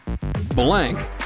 blank